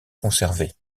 conservé